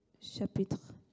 chapitre